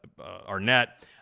Arnett